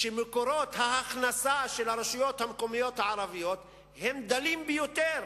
היא שמקורות ההכנסה של הרשויות המקומיות הערביות הם דלים ביותר,